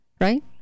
right